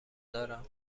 دارم